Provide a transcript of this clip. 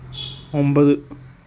ഒമ്പത്